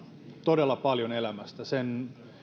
todella paljon elämästä sen